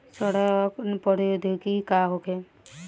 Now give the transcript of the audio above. सड़न प्रधौगिकी का होखे?